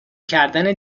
کردن